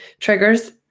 triggers